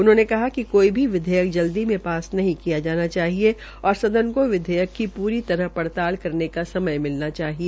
उन्होंने कहा कि कोई भी विधेयक जल्दी में पास नहीं किया जाना चाहिए और सदन को विधेयक की पूरी तरह पड़ताल करने का समय मिलना चाहिए